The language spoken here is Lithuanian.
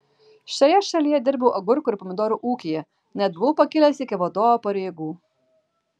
šioje šalyje dirbau agurkų ir pomidorų ūkyje net buvau pakilęs iki vadovo pareigų